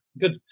good